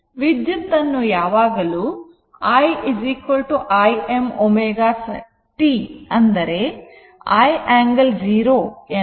ವಿದ್ಯುತ್ ಅನ್ನು ಯಾವಾಗಲೂ i Im sin ω t ಅಂದರೆ i angle 0 o